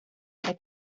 are